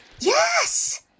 Yes